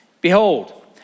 Behold